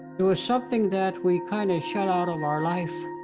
it was something that we kind of shut out of our life